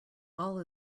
all